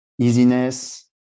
easiness